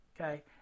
Okay